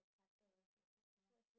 ya